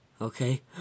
Okay